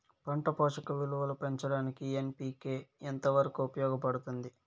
పంట పోషక విలువలు పెంచడానికి ఎన్.పి.కె ఎంత వరకు ఉపయోగపడుతుంది